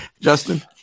Justin